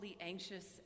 anxious